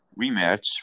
rematch